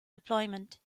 deployment